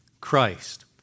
Christ